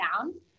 down